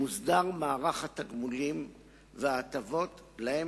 מוסדר מערך התגמולים וההטבות שלהם